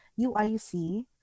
UIC